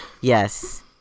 yes